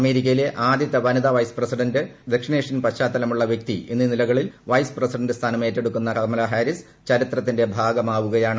അമേരിക്കയിലെ ആദ്യത്തെ വനിതാ വൈസ് പ്രസിഡന്റ് ദക്ഷിണേഷ്യൻ പശ്ചാത്തലമുള്ള വൃക്തി എന്നീ നിലകളിൽ വൈസ് പ്രസിഡന്റ് സ്ഥാനം ഏറ്റെടുക്കുന്ന കമല ഹാരിസ് ചരിത്രത്തിന്റെ ഭാഗമാവുകയാണ്